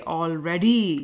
already